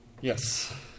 Yes